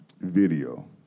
video